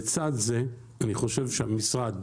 לצד זה, אני חושב שהמשרד